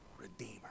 Redeemer